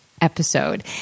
episode